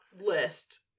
list